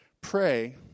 Pray